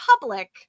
public